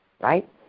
right